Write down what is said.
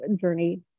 journey